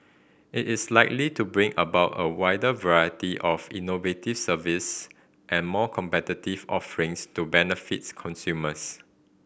it is likely to bring about a wider variety of innovative services and more competitive offerings to benefits consumers